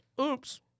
Oops